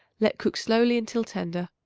let cook slowly until tender.